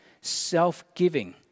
Self-giving